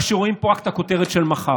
מה שרואים פה זה רק את הכותרת של מחר,